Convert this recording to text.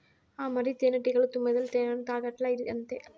ఆ మరి, తేనెటీగలు, తుమ్మెదలు తేనెను తాగట్లా, ఇదీ అంతే